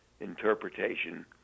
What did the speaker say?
interpretation